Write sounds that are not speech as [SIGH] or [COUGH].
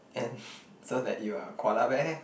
and [BREATH] so that you are a koala bear